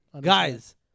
Guys